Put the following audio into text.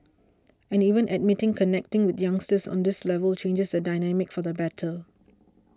and even admitting connecting with youngsters on this level changes the dynamics for the better